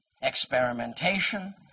Experimentation